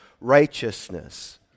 righteousness